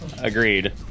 Agreed